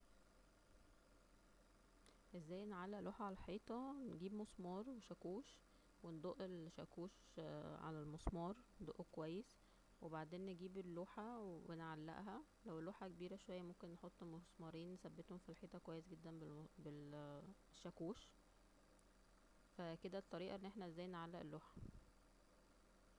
ازاى نعلق لوحة على الحيطة!! ,نجيب مسمار و شكوش وندق الشكوش على ال- المسمار, وندقه كويس وبعدين نجيب اللوحة ونعلقها, ولو اللوحة كبيرة شوية ممكن نحط مسمارين نسبتهم فى الحيطة كويس ب ال- المس- بالشكوش, فا كدا الطريقة ان احنا ازاى نعلق اللوحة